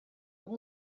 amb